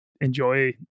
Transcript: enjoy